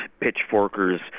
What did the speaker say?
pitchforkers